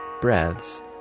breaths